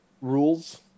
rules